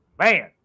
Man